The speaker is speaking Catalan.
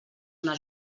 una